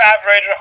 average